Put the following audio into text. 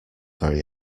very